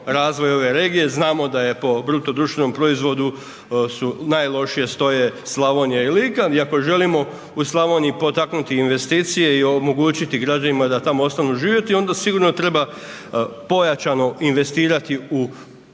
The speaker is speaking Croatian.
znamo da je po BDP-u su, najlošije stoje Slavonija i Lika i ako želimo u Slavoniji potaknuti investicije i omogućiti građanima da tamo ostanu živjeti onda sigurno treba pojačano investirati u izgradnju